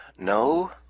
No